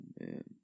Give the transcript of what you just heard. man